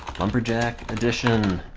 lumberjack edition!